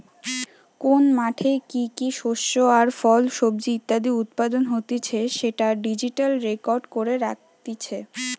কোন মাঠে কি কি শস্য আর ফল, সবজি ইত্যাদি উৎপাদন হতিছে সেটা ডিজিটালি রেকর্ড করে রাখতিছে